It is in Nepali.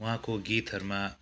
उहाँको गीतहरूमा